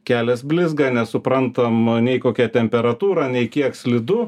kelias blizga nesuprantam nei kokia temperatūra nei kiek slidu